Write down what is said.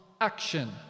action